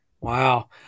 Wow